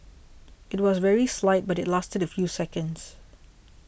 it was very slight but it lasted a few seconds